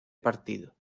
partido